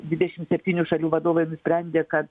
dvidešim septynių šalių vadovai nusprendė kad